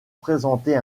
présenter